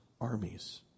armies